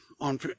on